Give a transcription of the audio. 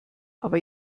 aber